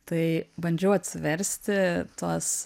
tai bandžiau atsiversti tuos